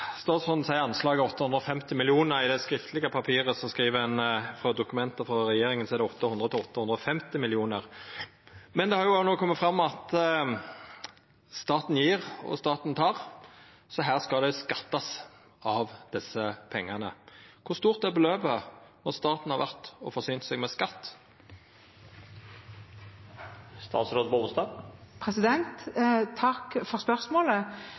Statsråden seier anslaget er 850 mill. kr. I dokumenta frå regjeringa skriv ein 800–850 mill. kr. No har det òg kome fram at staten gjev, og staten tek, så det skal skattast av desse pengane. Kor stort er beløpet når staten har vore og forsynt seg med skatt? Takk for spørsmålet.